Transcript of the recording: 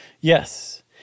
Yes